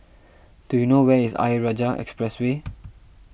do you know where is Ayer Rajah Expressway